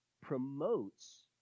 promotes